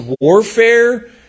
warfare